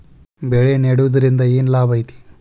ಬೆಳೆ ನೆಡುದ್ರಿಂದ ಏನ್ ಲಾಭ ಐತಿ?